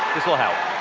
this will help